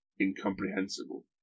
incomprehensible